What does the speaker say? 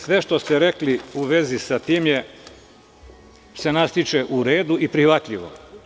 Sve što ste rekli u vezi sa tim je što se nas tiče u redu i prihvatljivo.